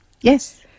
Yes